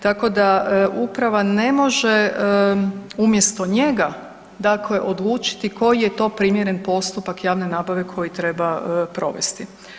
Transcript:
Tako da uprava ne može umjesto njega odlučiti koji je to primjeren postupak javne nabave koji treba provesti.